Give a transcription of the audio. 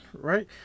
Right